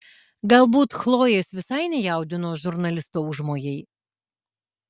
galbūt chlojės visai nejaudino žurnalisto užmojai